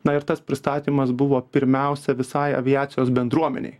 na ir tas pristatymas buvo pirmiausia visai aviacijos bendruomenei